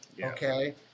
Okay